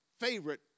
favorite